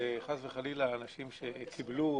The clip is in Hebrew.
וחלילה אנשים שקיבלו,